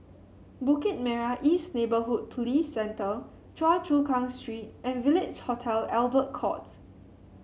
Bukit Merah East Neighbourhood Police Centre Choa Chu Kang Street and Village Hotel Albert Court